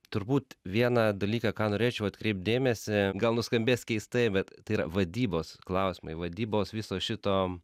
turbūt vieną dalyką į ką norėčiau atkreipt dėmesį gal nuskambės keistai bet tai yra vadybos klausimai vadybos viso šito